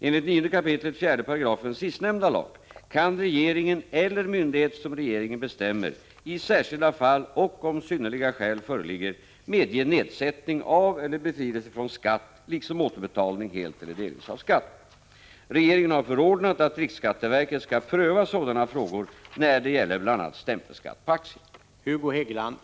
Enligt 9 kap. 4§ sistnämnda lag kan regeringen eller myndighet som regeringen bestämmer, i särskilda fall och om synnerliga skäl föreligger, medge nedsättning av eller befrielse från skatt liksom återbetalning helt eller delvis av skatt. Regeringen har förordnat att riksskatteverket skall pröva sådana frågor när det gäller bl.a. stämpelskatt på aktier.